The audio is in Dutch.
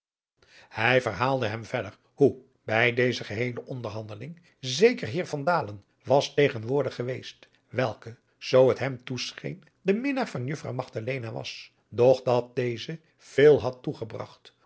hij verhaalde hem verder hoe bij deze geheele onderhandeling zeker heer van dalen was tegenwoordig geweest welke zoo het hem toescheen de minnaar van juffrouw magdalena was doch dat deze veel had toegebragt